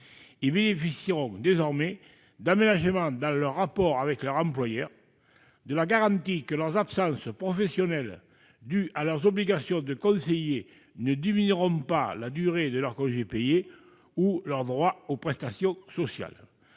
élus bénéficieront d'aménagements dans leurs rapports avec leur employeur et de la garantie que leurs absences professionnelles dues à leurs obligations de conseillers ne diminueront pas la durée de leurs congés payés ou leurs droits aux prestations sociales.